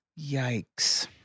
yikes